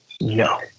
No